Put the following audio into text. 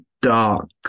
dark